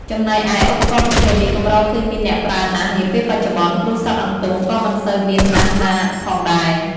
ចំណែកឯ ឧបករណ៍ប្រភេទនេះ កម្រឃើញមានអ្នកប្រើណាស់នាពេលបច្ចុប្បន្ន ព្រោះសត្វអន្ទង់ក៏មិនសូវមានណាស់ណាផងដែរ។